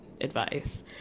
advice